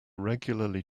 regularly